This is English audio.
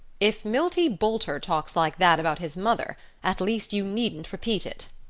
if milty boulter talks like that about his mother at least you needn't repeat it,